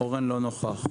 אורן לא נוכח.